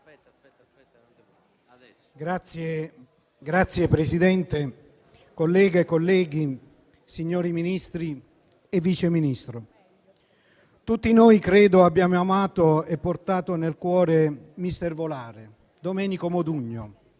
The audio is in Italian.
Signor Presidente, colleghe e colleghi, signori Ministri e Vice Ministro, tutti noi credo abbiamo amato e portato nel cuore Mister Volare, Domenico Modugno.